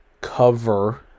cover